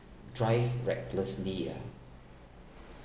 drive recklessly ah